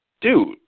Dude